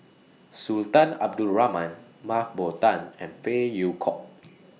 Sultan Abdul Rahman Mah Bow Tan and Phey Yew Kok